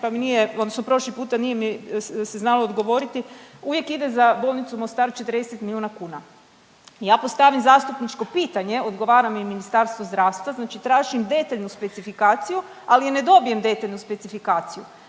pa mi nije, odnosno prošli puta nije mi se znalo odgovoriti uvijek ide za bolnicu u Mostaru 40 milijuna kuna. Ja postavim zastupničko pitanje, odgovara mi Ministarstvo zdravstva. Znači tražim detaljnu specifikaciju ali ne dobijem detaljnu specifikaciju.